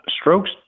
strokes